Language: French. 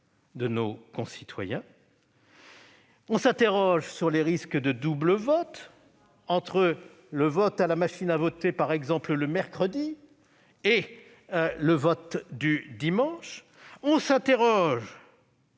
de nos concitoyens ! On s'interroge sur les risques de double vote entre la machine à voter, par exemple le mercredi, et le vote du dimanche, ainsi que